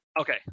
Okay